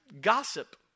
gossip